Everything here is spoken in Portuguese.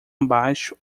abaixo